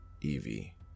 Evie